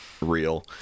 real